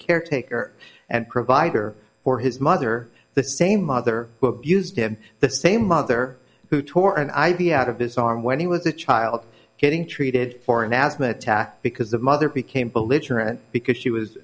caretaker and provider for his mother the same mother who abused him the same mother who tore an i v out of his arm when he was a child getting treated for an asthma attack because the mother became belligerent because she was